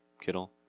Kittle